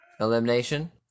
Elimination